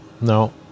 No